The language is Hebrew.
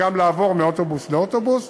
וגם לעבור מאוטובוס לאוטובוס,